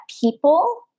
people